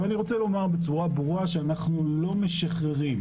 אני רוצה לומר בצורה ברורה שאנחנו לא משחררים.